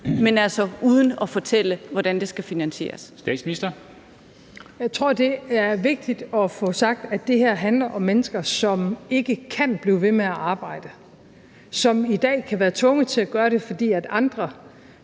Statsministeren (Mette Frederiksen): Jeg tror, det er vigtigt at få sagt, at det her handler om mennesker, som ikke kan blive ved med at arbejde, og som i dag kan være tvunget til at gøre det, fordi andre